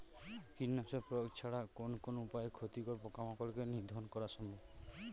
কীটনাশক প্রয়োগ ছাড়া কোন কোন উপায়ে ক্ষতিকর পোকামাকড় কে নিধন করা সম্ভব?